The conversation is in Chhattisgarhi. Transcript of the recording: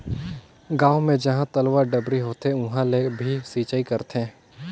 गांव मे जहां तलवा, डबरी होथे उहां ले भी सिचई करथे